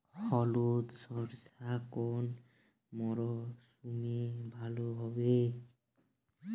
হলুদ সর্ষে কোন মরশুমে ভালো হবে?